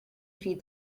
feed